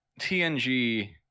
tng